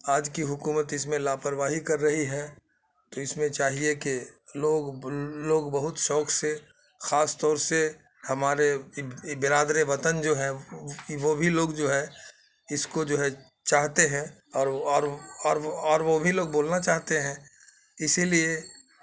آج کی حکومت اس میں لاپرواہی کر رہی ہے تو اس میں چاہیے کہ لوگ لوگ بہت سوک سے خاص طور سے ہمارے برادر وطن جو ہیں وہ بھی لوگ جو ہے اس کو جو ہے چاہتے ہیں اور وہ اور وہ اور وہ اور وہ بھی لوگ بولنا چاہتے ہیں اسی لیے